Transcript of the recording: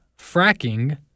fracking